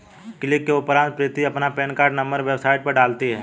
click के उपरांत प्रीति अपना पेन कार्ड नंबर वेबसाइट पर डालती है